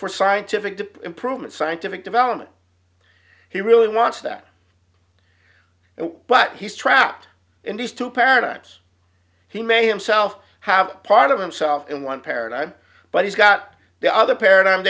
for scientific to prove its scientific development he really wants that but he's trapped in these two paradigms he may himself have part of himself in one paradigm but he's got the other paradigm